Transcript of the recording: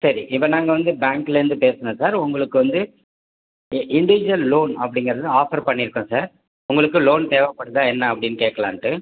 சரி இப்போ நாங்கள் வந்து பேங்க்லேருந்து பேசுகிறோம் சார் உங்களுக்கு வந்து இன்டீஜுவல் லோன் அப்படிங்குறது ஆஃபர் பண்ணிருக்கோம் சார் உங்களுக்கு லோன் தேவைப்படுதா என்ன அப்படின்னு கேட்கலான்ட்டு